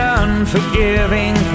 unforgiving